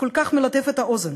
כל כך מלטף את האוזן,